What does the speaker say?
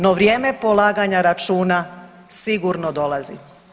No vrijeme polaganja računa sigurno dolazi.